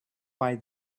why